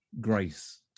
grace